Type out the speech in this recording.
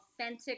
authentic